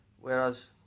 Whereas